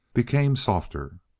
became softer.